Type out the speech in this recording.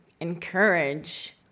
encourage